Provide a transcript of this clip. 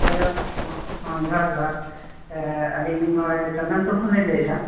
hello ᱡᱚᱦᱟᱨ ᱡᱚᱦᱟᱨ ᱟᱹᱞᱤᱧ ᱱᱚᱰᱮ ᱪᱚᱱᱫᱚᱱ ᱯᱩᱨ ᱠᱷᱚᱱᱞᱤᱧ ᱞᱟᱹᱭᱮᱫᱼᱟ